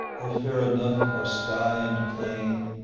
oh fair enough are sky and plain,